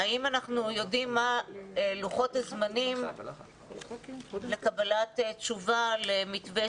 יודעים מהם לוחות הזמנים לקבלת תשובה למתווה